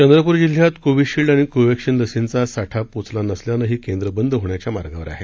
चंद्रपूर जिल्ह्यात कोवीशील्ड आणि कोवॅक्सिन लशींचा साठा पोचला नसल्यानं ही केंद्रं बंद होण्याच्या मार्गावर आहेत